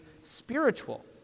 spiritual